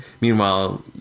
Meanwhile